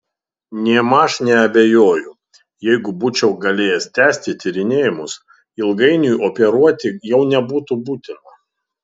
nėmaž neabejoju jeigu būčiau galėjęs tęsti tyrinėjimus ilgainiui operuoti jau nebūtų būtina